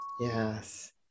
Yes